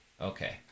Okay